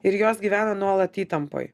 ir jos gyvena nuolat įtampoj